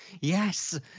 Yes